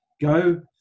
go